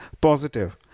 positive